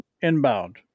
inbound